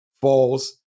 falls